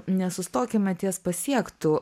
nesustokime ties pasiektu